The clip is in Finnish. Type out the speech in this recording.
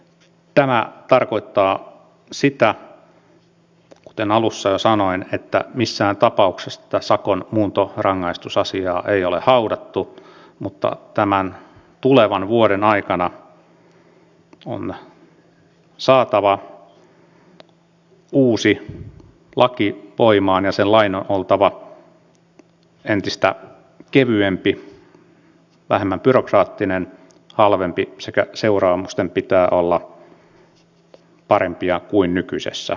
tämä tarkoittaa sitä kuten alussa jo sanoin että missään tapauksessa sakon muuntorangaistusasiaa ei ole haudattu mutta tulevan vuoden aikana on saatava uusi laki voimaan ja sen lain on oltava entistä kevyempi vähemmän byrokraattinen halvempi sekä seuraamusten pitää olla parempia kuin nykyisessä